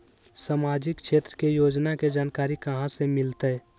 सामाजिक क्षेत्र के योजना के जानकारी कहाँ से मिलतै?